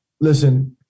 Listen